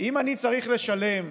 אם אני צריך לשלם,